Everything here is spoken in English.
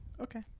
Okay